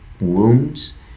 wounds